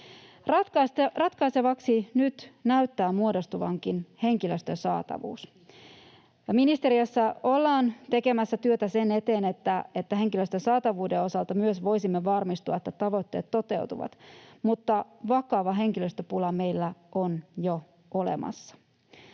Ratkaisevaksi näyttääkin nyt muodostuvan henkilöstön saatavuus. Ministeriössä ollaan tekemässä työtä sen eteen, että henkilöstön saatavuuden osalta myös voisimme varmistua, että tavoitteet toteutuvat, mutta vakava henkilöstöpula meillä on jo olemassa.